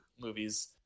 movies